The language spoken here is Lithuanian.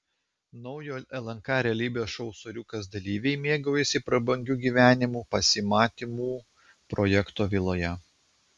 naujo lnk realybės šou soriukas dalyviai mėgaujasi prabangiu gyvenimu pasimatymų projekto viloje